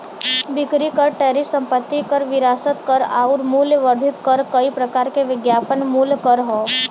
बिक्री कर टैरिफ संपत्ति कर विरासत कर आउर मूल्य वर्धित कर कई प्रकार के विज्ञापन मूल्य कर हौ